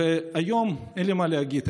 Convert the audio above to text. אין מה להגיד,